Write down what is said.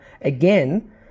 again